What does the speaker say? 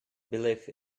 believe